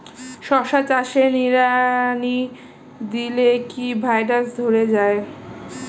শশা চাষে নিড়ানি দিলে কি ভাইরাস ধরে যায়?